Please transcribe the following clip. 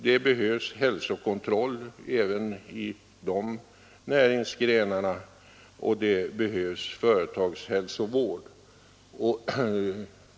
Det behövs hälsokontroll även i de näringsgrenarna, och det behövs företagshälsovård.